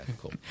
cool